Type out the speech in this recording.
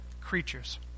creatures